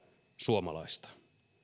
suomalaista